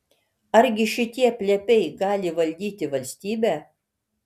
argi šitie plepiai gali valdyti valstybę